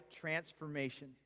transformation